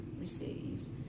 received